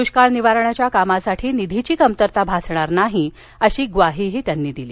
दुष्काळ निवारणाच्या कामांसाठी निधीची कमतरता भासणार नाही अशी ग्वाही त्यांनी दिली